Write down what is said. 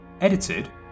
Edited